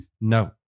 No